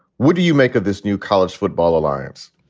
what do you make of this new college football alliance?